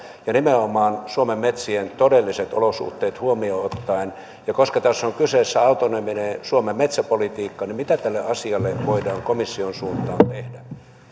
ja nimenomaan suomen metsien todelliset olosuhteet huomioon ottaen ja koska tässä on kyseessä autonominen suomen metsäpolitiikka niin mitä tälle asialle voidaan komission suuntaan tehdä